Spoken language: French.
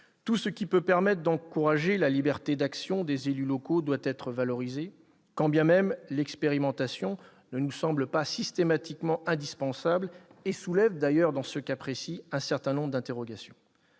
Tout ce qui peut encourager la liberté d'action des élus locaux doit donc être valorisé, quand bien même l'expérimentation ne nous semble pas systématiquement indispensable. Dans ce cas précis, d'ailleurs, elle soulève un certain nombre d'interrogations.